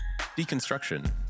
deconstruction